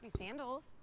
sandals